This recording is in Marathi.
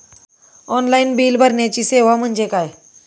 ऑनलाईन बिल भरण्याची सेवा म्हणजे काय?